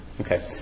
Okay